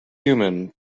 human